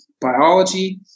biology